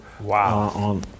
Wow